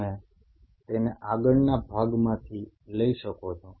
તમે તેને આગળના ભાગમાંથી પણ લઈ શકો છો